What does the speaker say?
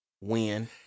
Win